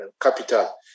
capital